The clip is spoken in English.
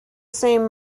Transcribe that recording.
same